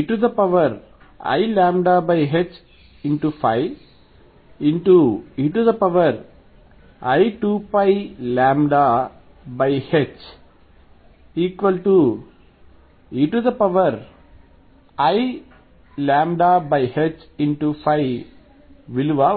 eiλϕ ei2πλ eiλϕ విలువ వస్తుంది